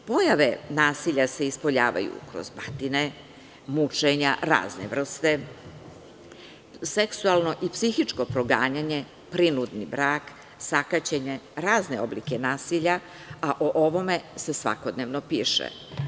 Pojave nasilja se ispoljavaju kroz batine, mučenja, razne vrste, seksualno i psihičko proganjanje, prinudni brak, sakaćenje, razne oblike nasilja, a o ovome se svakodnevno piše.